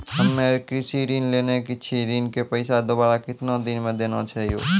हम्मे कृषि ऋण लेने छी ऋण के पैसा दोबारा कितना दिन मे देना छै यो?